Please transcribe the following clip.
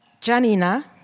Janina